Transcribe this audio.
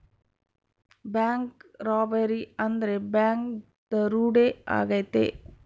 bank robbery ಅಂದ್ರೆ bank ದರೋಡೆ ಆಗೈತೆ